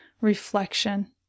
reflection